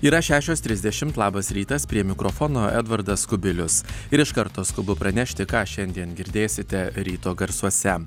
yra šešios trisdešimt labas rytas prie mikrofono edvardas kubilius ir iš karto skubu pranešti ką šiandien girdėsite ryto garsuose